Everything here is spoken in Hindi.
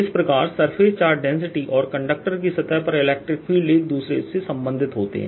इस प्रकार सरफेस चार्ज डेंसिटी और कंडक्टर की सतह पर इलेक्ट्रिक फील्ड एक दूसरे से संबंधित होते हैं